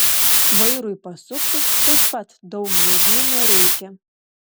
vairui pasukti taip pat daug jėgų nereikia